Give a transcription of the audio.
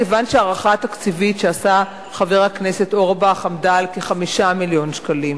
כיוון שההערכה התקציבית שעשה חבר הכנסת אורבך היתה כ-5 מיליון שקלים,